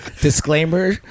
Disclaimer